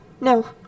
No